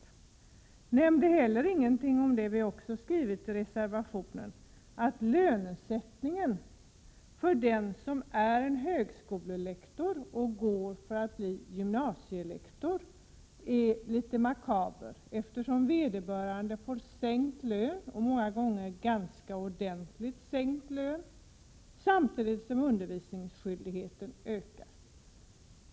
Kristina Svensson nämnde inte heller något om det som vi har skrivit i reservationen om att lönesättningen för den som är högskolelektor och övergår till att bli gymnasielektor är litet makaber, eftersom vederbörande får en sänkning av lönen, många gånger ganska ordentligt, samtidigt som Prot. 1987/88:129 undervisningsskyldigheten ökar.